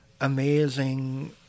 amazing